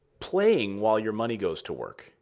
playing while your money goes to work.